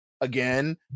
again